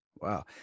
Wow